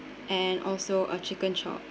and also a chicken chop